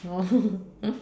oh